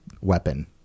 weapon